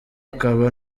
akaba